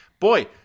Boy